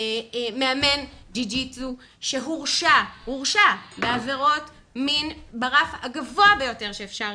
מאמן ג'יו ג'יטסו שהורשע בעבירות מין ברף הגבוה ביותר שאפשר